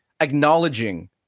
acknowledging